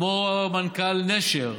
כמו מנכ"ל נשר,